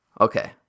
Okay